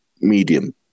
medium